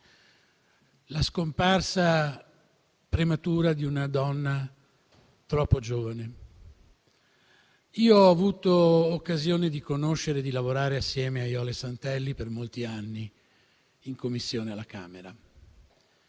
la scomparsa prematura di una donna troppo giovane. Io ho avuto occasione di conoscere e di lavorare assieme a Jole Santelli per molti anni in Commissione alla Camera.